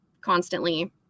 constantly